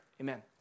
amen